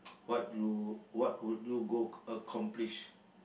what you what would you go accomplish